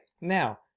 now